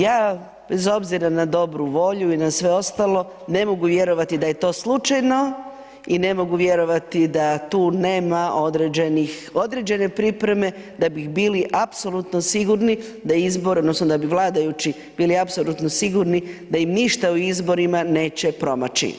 Ja bez obzira na dobru volju i sve ostalo, ne mogu vjerovati da je to slučajno i ne mogu vjerovati da tu nema određenih, određene pripreme da bi bili apsolutno sigurni da izbori, odnosno da bi vladajući bili apsolutno sigurni da im ništa u izborima neće promaći.